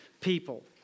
people